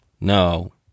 No